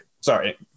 Sorry